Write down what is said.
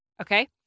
Okay